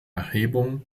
erhebung